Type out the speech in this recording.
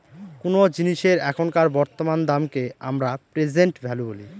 কোনো জিনিসের এখনকার বর্তমান দামকে আমরা প্রেসেন্ট ভ্যালু বলি